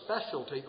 specialty